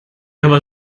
aber